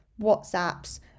WhatsApps